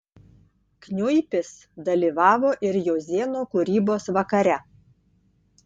kniuipis dalyvavo ir jozėno kūrybos vakare